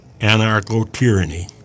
anarcho-tyranny